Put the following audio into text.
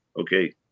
Okay